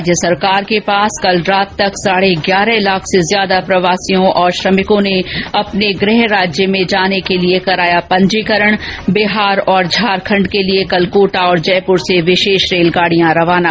राज्य सरकार के पास कल रात तक साढे ग्यारह लाख से ज्यादा प्रवासियों और श्रमिकों ने अपने गृह राज्य में जाने के लिए कराया पंजीकरण बिहार और झारखण्ड़ के लिए कल कोटा और जयपुर से विशेष रेलगाड़ियां रवाना